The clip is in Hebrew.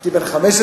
הייתי בן 15,